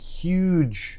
huge